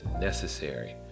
necessary